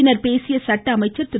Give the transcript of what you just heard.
பின்னர் பேசிய சட்ட அமைச்சர் திரு